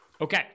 Okay